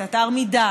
את אתר מידה,